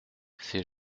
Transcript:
ses